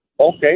Okay